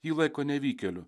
jį laiko nevykėliu